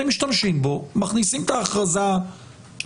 אתם משתמשים בו, מכניסים את ההכרזה לפרסום.